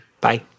Bye